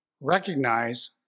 recognize